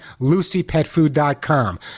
LucyPetFood.com